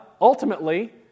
ultimately